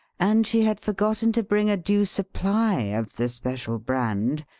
and she had forgotten to bring a due supply of the special brand,